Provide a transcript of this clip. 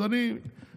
אז אני מוותר.